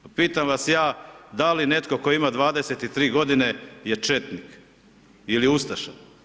Pitam vas ja, da li netko tko ima 23 g. je četnik ili ustaša.